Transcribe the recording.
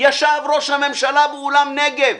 ישב ראש הממשלה באולם נגב,